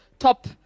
Top